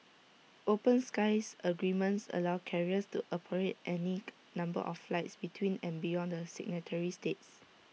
open skies agreements allow carriers to operate any number of flights between and beyond the signatory states